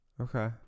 Okay